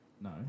no